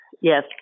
Yes